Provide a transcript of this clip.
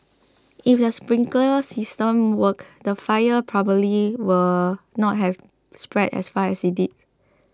if the sprinkler system worked the fire probably will not have spread as fast as it did